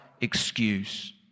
excuse